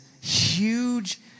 huge